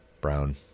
brown